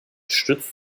stützt